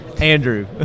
Andrew